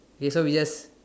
okay so we just